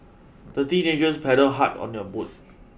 the teenagers paddled hard on their boat